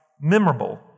memorable